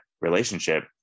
relationship